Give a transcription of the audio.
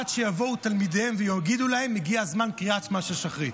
עד שיבואו תלמידיהם ויגידו להם: הגיע זמן קריאת שמע של שחרית.